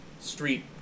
street